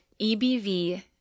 EBV